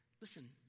Listen